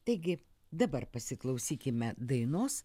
taigi dabar pasiklausykime dainos